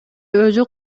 өзү